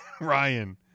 Ryan